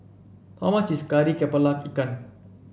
how much is Kari kepala Ikan